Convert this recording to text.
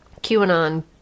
QAnon